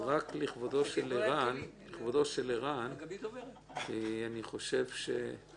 אז רק לכבודו של ערן, אני חושב שהוא